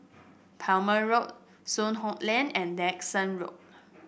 Plumer Road Soon Hock Lane and Dickson Road